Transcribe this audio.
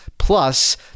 Plus